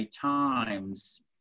Times